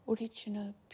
original